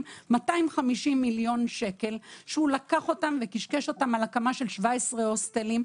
- 250 מיליון שקל שלקח אותם וקשקש אותם על הקמת 17 הוסטלים,